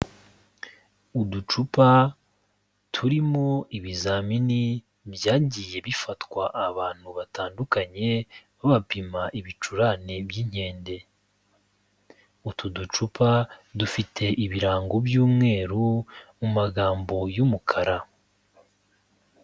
Uducupa turimo ibizamini byagiye bifatwa abantu batandukanye babapima ibicurane by'inkende, utu ducupa dufite ibirango by'umweru mu magambo y'umukara.